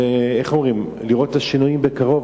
ואיך אומרים, לראות את השינויים בקרוב.